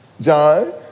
John